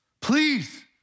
Please